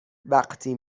وقتی